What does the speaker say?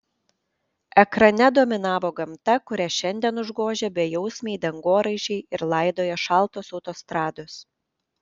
ekrane dominavo gamta kurią šiandien užgožia bejausmiai dangoraižiai ir laidoja šaltos autostrados